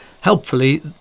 helpfully